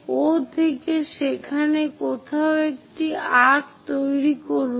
O থেকে সেখানে কোথাও একটি আর্ক্ তৈরি করুন